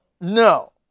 No